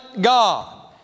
God